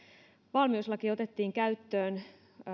valmiuslaki otettiin käyttöön